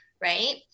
right